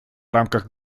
рамках